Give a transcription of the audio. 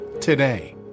today